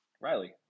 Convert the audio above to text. Riley